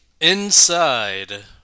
Inside